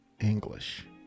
English